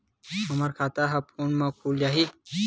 हमर खाता ह फोन मा खुल जाही?